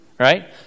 right